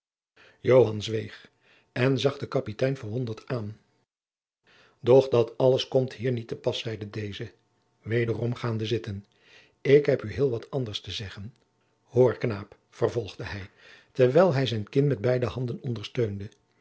zweeg en zag den kapitein verwonderd aan doch dat alles komt hier niet te pas zeide deze wederom gaande zitten ik heb u heel wat anders te zeggen hoor knaap vervolgde hij terwijl hij zijn kin met beide handen ondersteunde